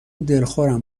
دلخورم